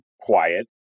quiet